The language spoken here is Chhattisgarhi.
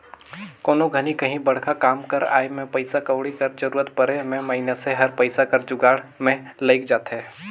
कोनो घनी काहीं बड़खा काम कर आए में पइसा कउड़ी कर जरूरत परे में मइनसे हर पइसा कर जुगाड़ में लइग जाथे